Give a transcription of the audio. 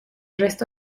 resto